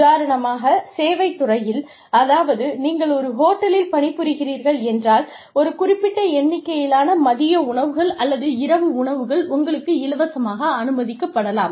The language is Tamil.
உதாரணமாக சேவைத் துறையில் அதாவது நீங்கள் ஒரு ஹோட்டலில் பணிபுரிகிறீர்கள் என்றால் ஒரு குறிப்பிட்ட எண்ணிக்கையிலான மதிய உணவுகள் அல்லது இரவு உணவுகள் உங்களுக்கு இலவசமாக அனுமதிக்கப்படலாம்